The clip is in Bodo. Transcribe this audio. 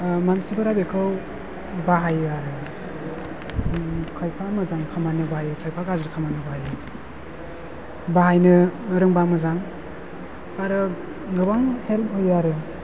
मानसिफोरा बेखौ बाहायो आरो खायफा मोजां खामानियाव बाहायो खायफा गाज्रि खामानियाव बाहायो बाहायनो रोंबा मोजां आरो गोबां हेल्प होयो आरो